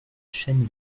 chaîne